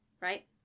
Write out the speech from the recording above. right